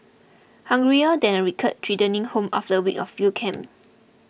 hungrier than a recruit returning home after a week of field camp